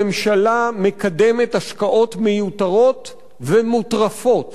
הממשלה מקדמת השקעות מיותרות ומוטרפות